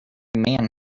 man